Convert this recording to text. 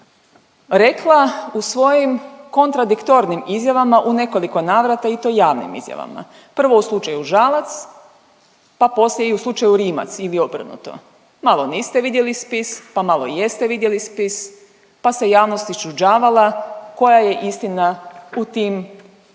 rekla u svojim kontradiktornim izjavama u nekoliko navrata i to javnim izjavama. Prvo u slučaju Žalac, pa poslije i u slučaju Rimac ili obrnuto, malo niste vidjeli spis, pa malo jeste vidjeli spis, pa se javnost iščuđavala koja je istina u tim vašim izjavama.